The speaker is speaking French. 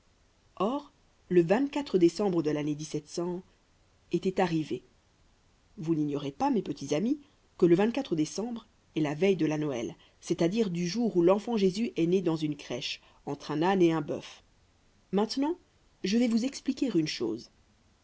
or le décembre de lannée était arrivé vous n'ignorez pas mes petits amis que le décembre est la veille de la noël c'est-à-dire du jour où l'enfant jésus est né dans une crèche entre un âne et un bœuf maintenant je vais vous expliquer une chose